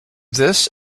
this